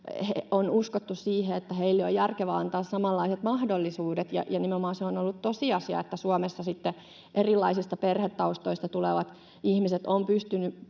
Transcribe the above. tuleville ihmisille on järkevää antaa samanlaiset mahdollisuudet, ja nimenomaan se on ollut tosiasia, että Suomessa erilaisista perhetaustoista tulevat ihmiset ovat pystyneet